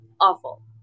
Awful